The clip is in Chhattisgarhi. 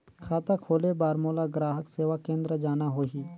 खाता खोले बार मोला ग्राहक सेवा केंद्र जाना होही?